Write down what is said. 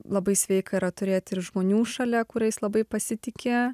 labai sveika yra turėti ir žmonių šalia kuriais labai pasitiki